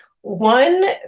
One